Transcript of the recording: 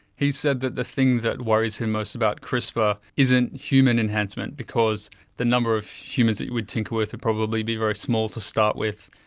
he said that the thing that worries him most about crispr isn't human enhancement because the number of humans that you would tinker with would probably be very small to start with.